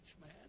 man